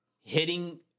hitting